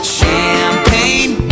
Champagne